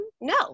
No